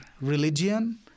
religion